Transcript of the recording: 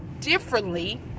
differently